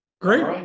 Great